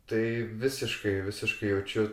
tai visiškai visiškai jaučiu